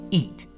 eat